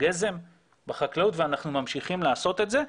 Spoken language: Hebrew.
גזם בחקלאות ואנחנו ממשיכים לעשות את זה,